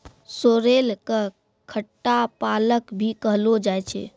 sorrel कॅ खट्टा पालक भी कहलो जाय छै